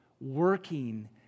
working